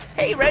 hey,